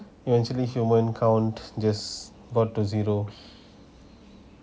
eventually human count just go to zero